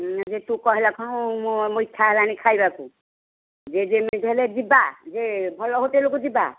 ସେ ତୁ କହିଲା କ୍ଷଣୁ ମୋର ଇଚ୍ଛା ହେଲାଣି ଖାଇବାକୁ ଯେମିତି ହେଲେ ଯିବା ଯେ ଭଲ ହୋଟେଲ୍କୁ ଯିବା